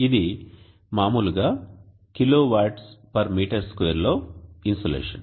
ఇది మామూలుగా kWm2 లో ఇన్సోలేషన్